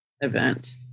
event